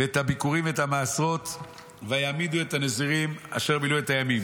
-- "ואת הביכורים ואת המעשרות ויעמידו את הנזירים אשר מילאו את הימים.